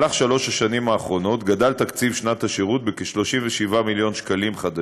בשלוש השנים האחרונות גדל תקציב שנת השירות בכ-37 מיליון ש"ח,